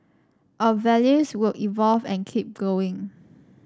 our values will evolve and keep going